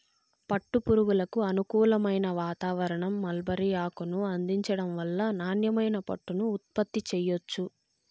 పట్టు పురుగులకు అనుకూలమైన వాతావారణం, మల్బరీ ఆకును అందించటం వల్ల నాణ్యమైన పట్టుని ఉత్పత్తి చెయ్యొచ్చు